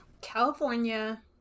California